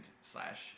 slash